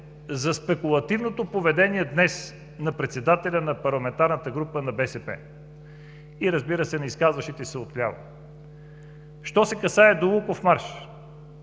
за спекулативното поведение днес на председателя на парламентарната група на „БСП за България“ и, разбира се, на изказващите се отляво: що се касае до Луковмарш,